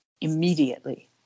immediately